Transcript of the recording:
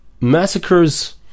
massacres